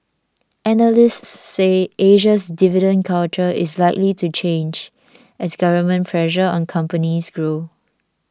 analysts said Asia's dividend culture is likely to change as government pressure on companies grows